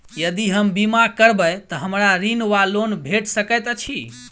यदि हम बीमा करबै तऽ हमरा ऋण वा लोन भेट सकैत अछि?